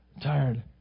tired